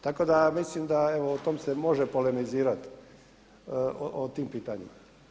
Tako da mislim da evo o tome se može polemizirati o tim pitanjima.